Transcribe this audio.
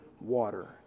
water